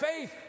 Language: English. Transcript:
faith